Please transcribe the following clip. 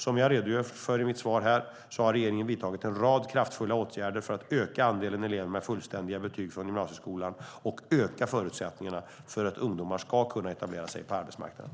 Som jag redogör för i mitt svar här har regeringen vidtagit en rad kraftfulla åtgärder för att öka andelen elever med fullständiga betyg från gymnasieskolan och öka förutsättningarna för att ungdomar ska kunna etablera sig på arbetsmarknaden.